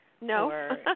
No